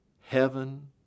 heaven